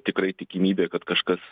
tikrai tikimybė kad kažkas